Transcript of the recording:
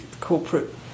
corporate